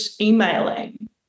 emailing